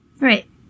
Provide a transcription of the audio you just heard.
Right